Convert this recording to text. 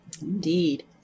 Indeed